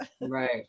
right